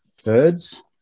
thirds